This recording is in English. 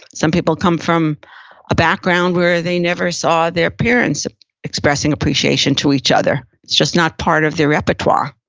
some people come from a background where they never saw their parents expressing appreciation to each other. it's just not part of their repertoire.